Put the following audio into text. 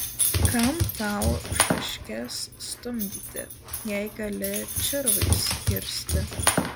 kam tau šaškes stumdyti jei gali čirvais kirsti